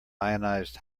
ionized